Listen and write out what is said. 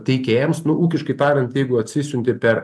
teikėjams nu ūkiškai tariant jeigu atsisiunti per